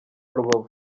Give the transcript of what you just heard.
rubavu